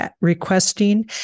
requesting